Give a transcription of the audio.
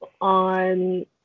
on